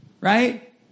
Right